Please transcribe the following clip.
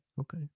okay